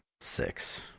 six